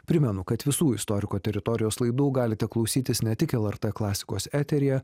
primenu kad visų istoriko teritorijos laidų galite klausytis ne tik lrt klasikos eteryje